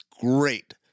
great